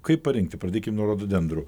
kaip parinkti pradėkim nuo rododendrų